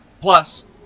plus